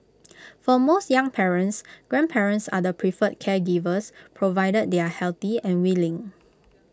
for most young parents grandparents are the preferred caregivers provided they are healthy and willing